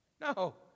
no